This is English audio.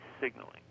signaling